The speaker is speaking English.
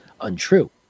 untrue